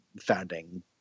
founding